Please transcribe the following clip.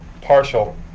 partial